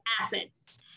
assets